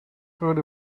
heard